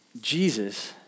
Jesus